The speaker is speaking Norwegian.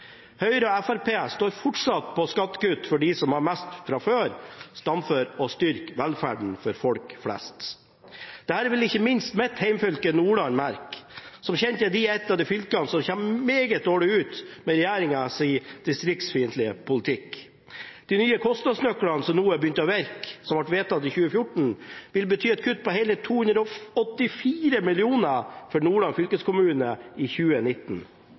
Høyre og Fremskrittspartiet står fortsatt på skattekutt for dem som har mest fra før, framfor å styrke velferden for folk flest. Dette vil ikke minst mitt hjemfylke, Nordland, merke. Som kjent er det et av de fylkene som kommer meget dårlig ut med regjeringens distriktsfiendtlige politikk. De nye kostnadsnøklene som nå har begynt å virke, som ble vedtatt i 2014, vil bety et kutt på hele 284 mill. kr for Nordland fylkeskommune i 2019.